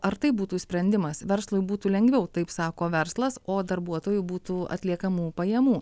ar tai būtų sprendimas verslui būtų lengviau taip sako verslas o darbuotojui būtų atliekamų pajamų